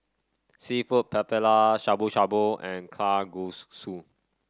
seafood Paella Shabu Shabu and